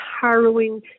harrowing